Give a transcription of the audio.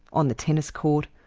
on the tennis court,